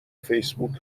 فیسبوک